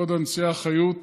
כבוד הנשיאה חיות,